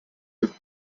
with